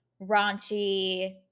raunchy